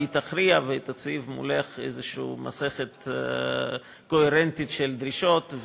והיא תכריע ותציב מולך איזו מסכת קוהרנטית של דרישות,